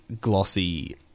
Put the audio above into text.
glossy